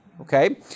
okay